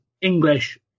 English